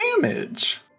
Damage